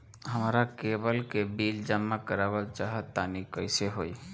हमरा केबल के बिल जमा करावल चहा तनि कइसे होई?